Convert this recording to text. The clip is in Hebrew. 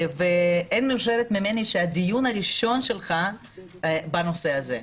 אין מאושרת ממני שהדיון הראשון שלך הוא בנושא הזה.